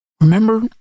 Remember